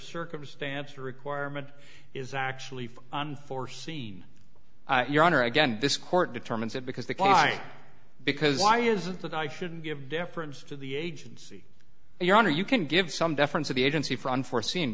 circumstance or requirement is actually unforeseen your honor again this court determines that because the client because why is that i shouldn't give deference to the agency and your honor you can give some deference to the agency for unforeseen